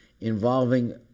involving